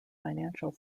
financial